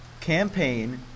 Campaign